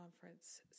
conference